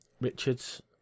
Richards